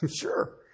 sure